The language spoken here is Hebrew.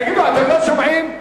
תגידו, אתם לא שומעים?